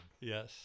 yes